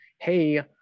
Hey